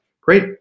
great